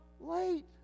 late